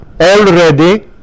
Already